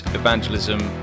evangelism